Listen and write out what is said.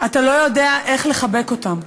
אתה לא יודע איך לחבק אותם.